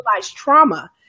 trauma